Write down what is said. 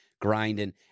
grinding